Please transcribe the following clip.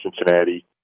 Cincinnati